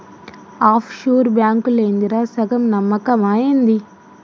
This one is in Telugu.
ఆఫ్ షూర్ బాంకులేందిరా, సగం నమ్మకమా ఏంది